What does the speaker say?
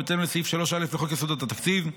בהתאם לסעיף 3א לחוק יסודות התקציב,